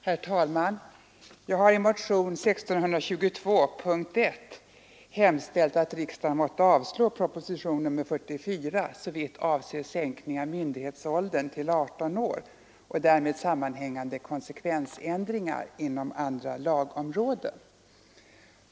Herr talman! Jag har i motionen 1622, punkten 1, hemställt att riksdagen måtte avslå propositionen 44, såvitt avser sänkning av myndighetsåldern till 18 år och därmed sammanhängande konsekvensändringar inom andra lagområden.